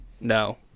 No